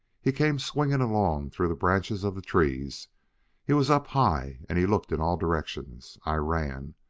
he came swinging along through the branches of the trees he was up high and he looked in all directions. i ran.